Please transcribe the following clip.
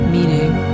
Meaning